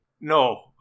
No